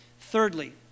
Thirdly